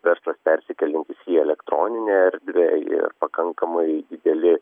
verslas persikeliantis į elektroninę erdvę ir pakankamai didelį